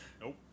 Nope